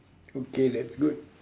okay that's good